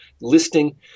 listing